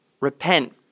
repent